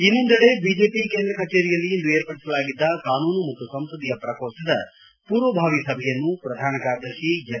ಇನ್ನೊಂದೆಡೆ ಬಿಜೆಪಿ ಕೇಂದ್ರ ಕಚೇರಿಯಲ್ಲಿ ಇಂದು ಏರ್ಪಡಿಸಲಾಗಿದ್ದ ಕಾನೂನು ಮತ್ತು ಸಂಸದೀಯ ಪ್ರಕೋಷ್ಠದ ಮೂರ್ವಭಾವಿ ಸಭೆಯನ್ನು ಪ್ರಧಾನ ಕಾರ್ಯದರ್ಶಿ ಎನ್